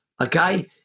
okay